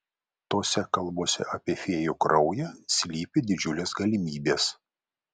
tose kalbose apie fėjų kraują slypi didžiulės galimybės